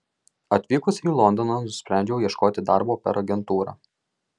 atvykusi į londoną nusprendžiau ieškoti darbo per agentūrą